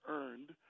earned